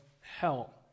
hell